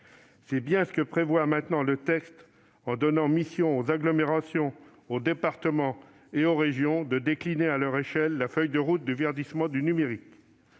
C'est bien ce que prévoit maintenant le texte en donnant mission aux agglomérations, aux départements et aux régions de décliner à leur échelle la feuille de route du verdissement du numérique.